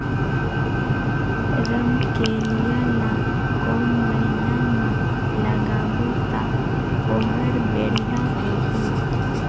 रमकेलिया ला कोन महीना मा लगाबो ता ओहार बेडिया होही?